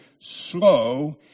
slow